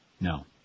No